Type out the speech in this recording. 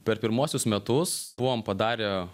per pirmuosius metus buvom padarę